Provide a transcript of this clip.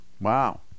Wow